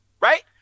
Right